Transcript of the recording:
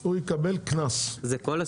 הוא יקבל קנס זה הכל.